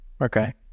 Okay